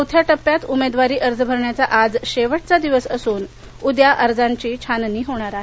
चौथ्या टप्प्यात उमेदवारी अर्ज भरण्याचा आज शेवटचा दिवस असून उद्या अर्जांची छाननी होणार आहे